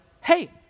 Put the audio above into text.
hey